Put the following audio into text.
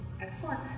Excellent